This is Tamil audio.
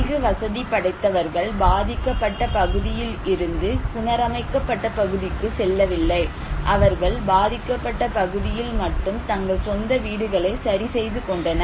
அதிக வசதி படைத்தவர்கள் பாதிக்கப்பட்ட பகுதியில் இருந்து புணர் அமைக்கப்பட்ட பகுதிக்கு செல்லவில்லை அவர்கள் பாதிக்கப்பட்ட பகுதியில் மட்டும் தங்கள் சொந்த வீடுகளை சரி செய்து கொண்டனர்